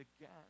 again